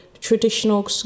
traditional